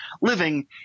living